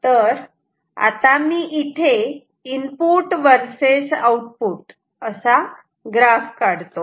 तर आता मी इथे इनपुट वर्सेस आउटपुट असा ग्राफ काढतो